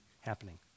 happening